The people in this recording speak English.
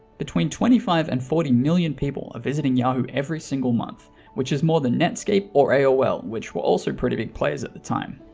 between twenty five and forty million people are ah visiting yahoo every single month which is more than netscape or aol which were also pretty big players at the time.